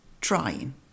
trying